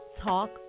Talk